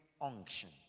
unction